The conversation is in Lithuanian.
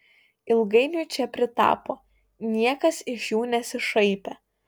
ilgainiui čia pritapo niekas iš jų nesišaipė